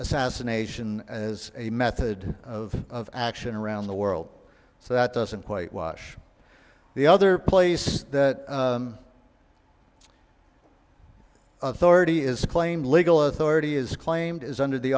assassination as a method of action around the world so that doesn't quite wash the other place that authority is claimed legal authority is claimed is under the